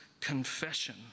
confession